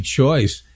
choice